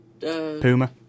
Puma